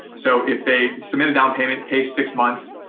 so if they submit a down payment, pay six months,